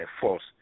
force